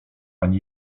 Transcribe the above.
ani